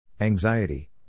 Anxiety